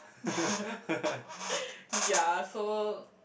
ya so